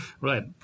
right